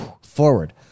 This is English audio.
Forward